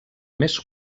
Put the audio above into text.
més